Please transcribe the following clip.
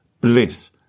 bliss